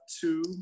two